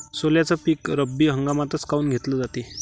सोल्याचं पीक रब्बी हंगामातच काऊन घेतलं जाते?